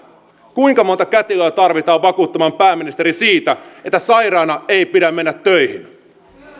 kuinka monta kätilöä tarvitaan vakuuttamaan pääministeri siitä että sairaana ei pidä mennä töihin